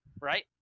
right